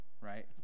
right